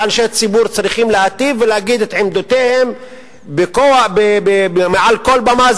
ואנשי ציבור צריכים להטיף ולהגיד את עמדותיהם בכוח מעל כל במה,